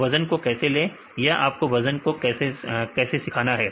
तो वजन को कैसे लें या आपने वजन को कैसे सीखा